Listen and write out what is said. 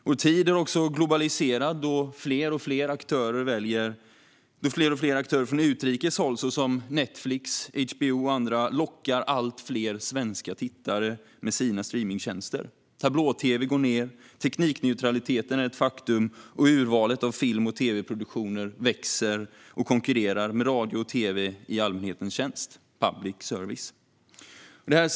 Vår tid är också globaliserad, och fler och fler aktörer från utrikes håll, till exempel Netflix och HBO, lockar allt fler svenska tittare med sina streamningstjänster. Tablå-tv minskar i omfattning, teknikneutraliteten är ett faktum och urvalet av film och tv-produktioner växer och konkurrerar med radio och tv i allmänhetens tjänst - public service.